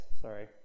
sorry